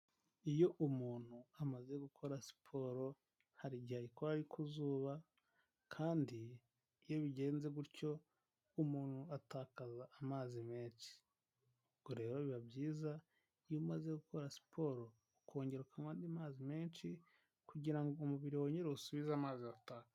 Iyo umuntu amaze gukora siporo, hari igihe ayikora ari ku zuba kandi iyo bigenze gutyo umuntu atakaza amazi menshi. Ubwo rero biba byiza iyo umaze gukora siporo ukongera ukanywa andi mazi menshi kugira ngo umubiri wongerare uwusubize amazi watakaje.